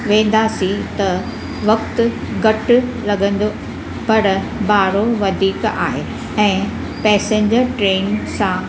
वेंदासी त वक़्तु घटि लॻंदो पर भाड़ो वधीक आहे ऐं पेसेन्जर ट्रेन सां